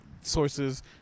sources